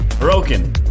Broken